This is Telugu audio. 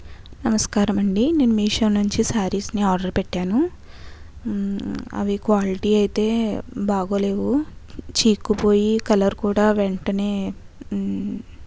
నమస్కారమండి నేను మీషో నుంచి సారీస్ ని ఆర్డర్ పెట్టాను అవి క్వాలిటీ అయితే బాలేవు చీక్కుపోయి కలర్ కూడా వెంటనే